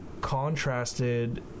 contrasted